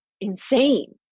insane